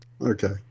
Okay